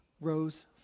rose